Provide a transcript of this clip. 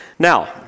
Now